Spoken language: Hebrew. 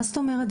מה זאת אומרת?